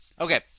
Okay